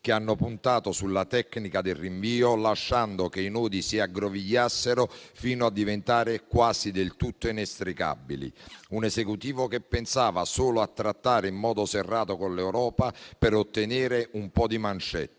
che hanno puntato sulla tecnica del rinvio, lasciando che i nodi si aggrovigliassero fino a diventare quasi del tutto inestricabili; un Esecutivo che pensava solo a trattare in modo serrato con l'Europa per ottenere un po' di mancette.